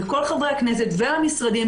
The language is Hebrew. לכל חברי הכנסת ולמשרדים,